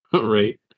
right